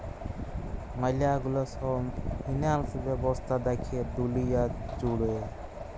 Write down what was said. ম্যালা গুলা সব ফিন্যান্স ব্যবস্থা দ্যাখে দুলিয়া জুড়ে